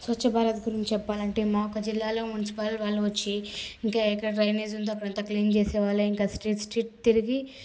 స్వచ్ఛభారత్ గురించి చెప్పాలంటే మాకు జిల్లాలో మున్సిపల్ వాళ్ళు వచ్చి ఇంకా ఎక్కడ డ్రైనేజ్ ఉందో అక్కడ అంత క్లీన్ చేసే వాళ్ళు ఇంకా స్ట్రీట్ స్ట్రీట్ తిరిగి